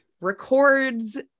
records